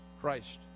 Christ